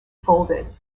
folded